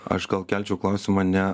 aš gal kelčiau klausimą ne